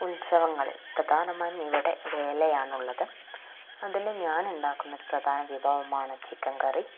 ഉത്സവങ്ങള് പ്രധാനമായും ഇവിടെ വേലയാണുള്ളത് അതിന് ഞാന് ഉണ്ടാക്കുന്ന ഒരു പ്രധാന വിഭവമാണ് ചിക്കന് കറി